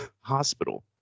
hospital